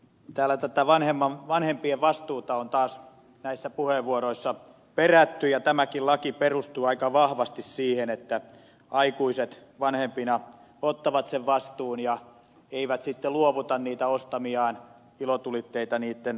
täällä tätä vanhempien vastuuta on taas näissä puheenvuorossa perätty ja tämäkin laki perustuu aika vahvasti siihen että aikuiset vanhempina ottavat sen vastuun eivätkä luovuta ostamiaan ilotulitteita lasten käsiin